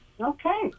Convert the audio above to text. Okay